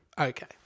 Okay